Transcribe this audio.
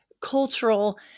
cultural